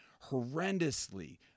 horrendously